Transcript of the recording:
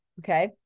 okay